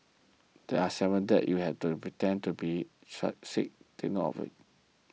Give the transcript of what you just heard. there are seven dates you have to pretend to be sick take note of